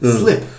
slip